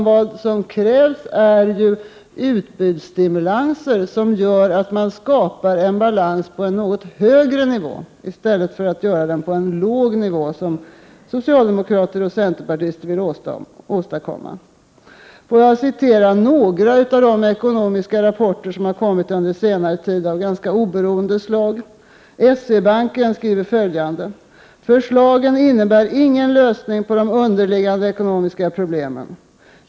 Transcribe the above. Vad som krävs är ju utbudsstimulanser, genom vilka man kan skapa en balans på en något högre nivå, i stället för att göra det på en låg nivå, som socialdemokrater och centerpartister vill. Låt mig citera ur några av de ekonomiska rapporter av mera oberoende slag som har kommit under senare tid. S-E-Banken skriver följande: ”Förslagen innebär ingen lösning på de underliggande ekonomiska problemen.